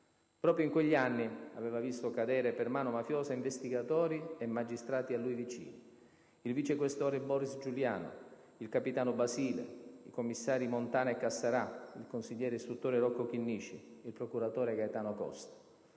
Proprio in quegli anni aveva visto cadere per mano mafiosa investigatori e magistrati a lui vicini: il vice questore Boris Giuliano, il capitano Basile, i commissari Montana e Cassarà, il consigliere istruttore Rocco Chinnici, il procuratore Gaetano Costa.